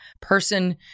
person